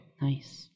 Nice